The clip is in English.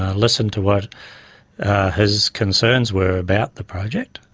and listened to what his concerns were about the project.